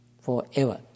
forever